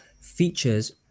features